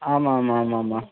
ஆமாம் ஆமாம் ஆமாம் ஆமாம்